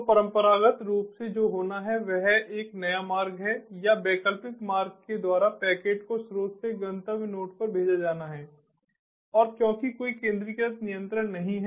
तो परंपरागत रूप से जो होना है वह एक नया मार्ग है या वैकल्पिक मार्ग के द्वारा पैकेट को स्रोत से गंतव्य नोड पर भेजा जाना है और क्योंकि कोई केंद्रीकृत नियंत्रण नहीं है